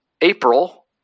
April